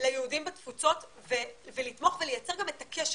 ליהודים בתפוצות ולתמוך ולייצר גם את הקשר.